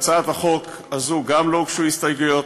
גם להצעת חוק זו לא הוגשו הסתייגויות.